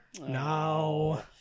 No